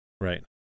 Right